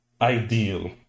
ideal